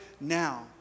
now